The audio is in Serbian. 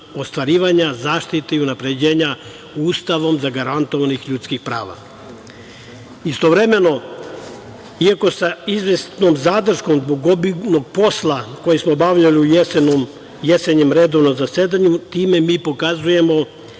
ostvarivanja zaštiti i unapređenja Ustavom zagarantovanih ljudskih prava. Istovremeno iako sa izvesnom zadrškom zbog obimnog posla koji smo obavljali u jesenjem redovnom zasedanju, time mi pokazujemo